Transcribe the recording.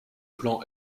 plan